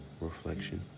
reflection